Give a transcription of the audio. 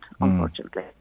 unfortunately